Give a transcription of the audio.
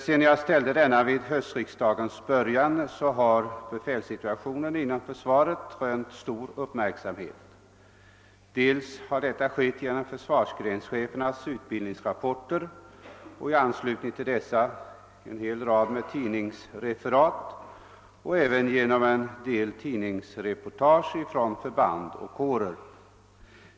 Sedan jag väckte denna vid höstriksdagens början har befälssituationen inom försvaret rönt stor uppmärksam het, dels på grund av försvarsgrenschefernas utbildningsrapporter och en hel rad tidningsreferat i anslutning till dessa, dels genom tidningsreportage från förband och kårer.